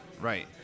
Right